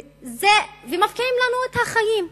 בקיצור, מפקיעים לנו את החיים.